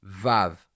Vav